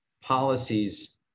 policies